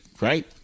right